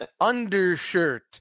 Undershirt